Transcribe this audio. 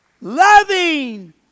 Loving